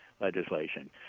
legislation